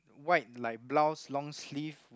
white like blouse long sleeves